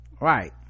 right